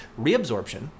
reabsorption